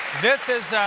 this is